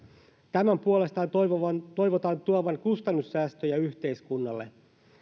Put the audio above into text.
tämän puolestaan toivotaan toivotaan tuovan kustannussäästöjä yhteiskunnalle